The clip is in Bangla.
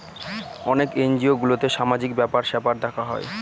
অনেক এনজিও গুলোতে সামাজিক ব্যাপার স্যাপার দেখা হয়